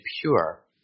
pure